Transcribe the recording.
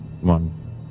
one